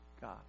God